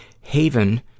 Haven